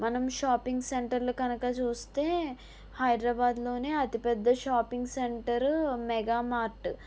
మనం షాపింగ్ సెంటర్లు కనుక చూస్తే హైదరాబాద్లోనే అతిపెద్ద షాపింగ్ సెంటర్ మెగా మార్ట్